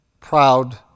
proud